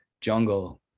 jungle